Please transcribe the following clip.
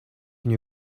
мне